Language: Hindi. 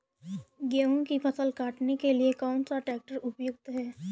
गेहूँ की फसल काटने के लिए कौन सा ट्रैक्टर उपयुक्त है?